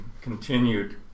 continued